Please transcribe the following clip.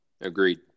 Agreed